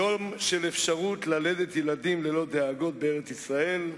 יום של אפשרות ללדת ילדים ללא דאגות בארץ-ישראל,